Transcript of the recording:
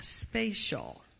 spatial